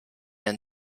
ein